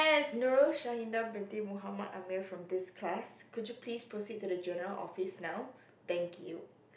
from this class could you please proceed to the general office now thank you